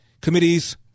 committees